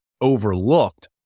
overlooked